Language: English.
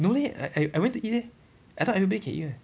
no leh I I I went to eat eh I thought everybody can eat [one]